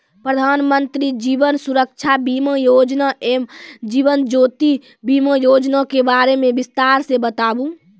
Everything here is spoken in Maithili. प्रधान मंत्री जीवन सुरक्षा बीमा योजना एवं जीवन ज्योति बीमा योजना के बारे मे बिसतार से बताबू?